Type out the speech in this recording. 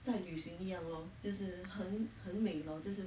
在旅行一样:zai lui xing yi yang lor 就是很很美 lor 就是